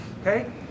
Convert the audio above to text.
Okay